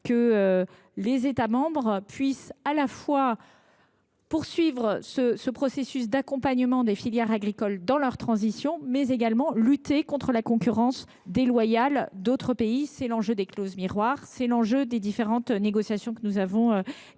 que les États membres puissent à la fois poursuivre ce processus d’accompagnement des filières agricoles dans leur transition, mais également lutter contre la concurrence déloyale d’autres pays. Tel est l’enjeu des clauses miroirs et des différentes négociations que nous menons avec